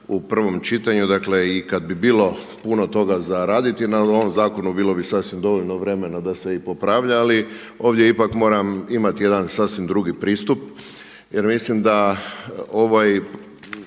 u prvom čitanju. Dakle i kada bi bilo puno toga za raditi na ovom zakonu bilo bi sasvim dovoljno vremena da se i popravlja ali ovdje ipak moram imati jedan sasvim drugi pristup jer mislim da ovaj